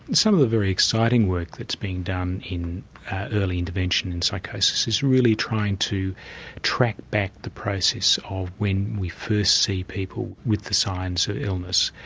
some of the very exciting work that's being done in early intervention in psychosis is really trying to track back the process of when we first see people with the signs of illness.